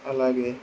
అలాగే